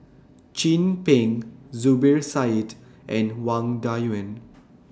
Chin Peng Zubir Said and Wang Dayuan